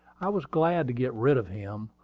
i was glad to get rid of him,